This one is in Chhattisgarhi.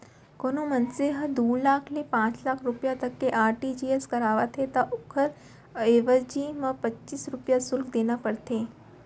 कोनों मनसे ह दू लाख ले पांच लाख रूपिया तक के आर.टी.जी.एस करावत हे त ओकर अवेजी म पच्चीस रूपया सुल्क देना परथे